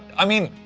i mean.